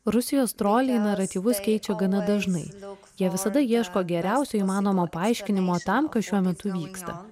rusijos troliai naratyvus keičia gana dažnai jie visada ieško geriausio įmanomo paaiškinimo tam kas šiuo metu vyksta